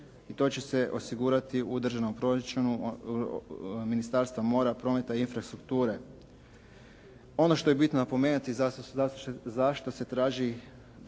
I to će se osigurati u državnom proračun Ministarstva mora, prometa i infrastrukture. Ono što je bitno napomenuti je zašto se traži